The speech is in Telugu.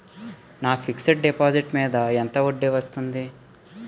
నా ఫిక్సడ్ డిపాజిట్ మీద ఎంత వడ్డీ వస్తుంది?